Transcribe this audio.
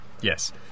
yes